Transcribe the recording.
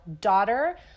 daughter